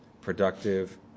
productive